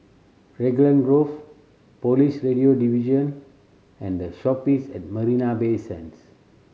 Raglan Grove Police Radio Division and The Shoppes at Marina Bay Sands